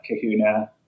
Kahuna